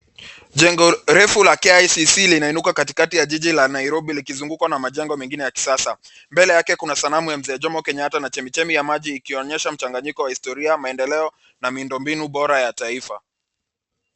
Jengo refu la KICC linainuka katikati ya jiji la Nairobi likizungukwa na majengo megine ya kisasa. Mbele yake kuna sanamu ya mzee Jomo Kenyatta na chemichemi ya maji ikionyesha mchanganyiko wa historia, maendeleo na miundo mbinu ya taifa.